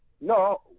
No